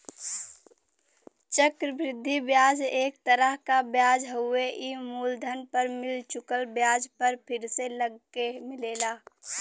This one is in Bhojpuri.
चक्र वृद्धि ब्याज एक तरह क ब्याज हउवे ई मूलधन पर मिल चुकल ब्याज पर फिर से लगके मिलेला